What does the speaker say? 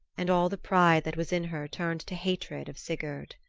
and all the pride that was in her turned to hatred of sigurd.